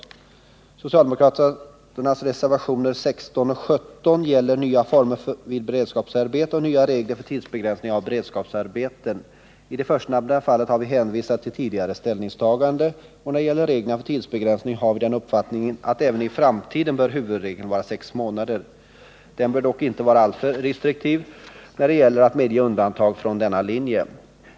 De socialdemokratiska reservationerna 16 och 17 gäller nya former vid beredskapsarbete och nya regler för tidsbegränsning av beredskapsarbeten. I det förstnämnda fallet har vi hänvisat till tidigare ställningstaganden, och när det gäller reglerna för tidsbegränsning har vi den uppfattningen att huvudregeln även i framtiden bör vara sex månader. Man bör dock inte vara alltför restriktiv när det gäller att medge undantag från denna regel.